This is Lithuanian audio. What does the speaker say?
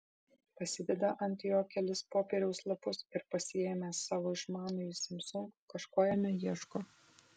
pasideda ant jo kelis popieriaus lapus ir pasiėmęs savo išmanųjį samsung kažko jame ieško